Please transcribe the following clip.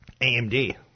AMD